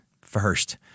first